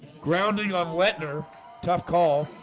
grounding on letner tough call